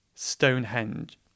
Stonehenge